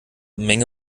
menge